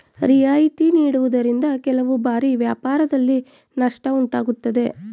ರಿಯಾಯಿತಿ ನೀಡುವುದರಿಂದ ಕೆಲವು ಬಾರಿ ವ್ಯಾಪಾರದಲ್ಲಿ ನಷ್ಟ ಉಂಟಾಗುತ್ತದೆ